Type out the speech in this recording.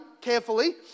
carefully